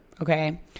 okay